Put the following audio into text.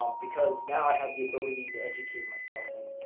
um because now i have the ability to educate myself. and